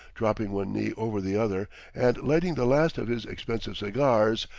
dropping one knee over the other and lighting the last of his expensive cigars,